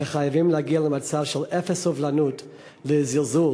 שחייבים להגיע למצב של אפס סובלנות לזלזול